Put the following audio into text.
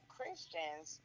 Christians